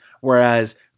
whereas